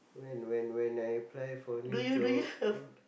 when when when I apply for new job know